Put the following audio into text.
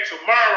tomorrow